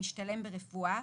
משתלם ברפואה,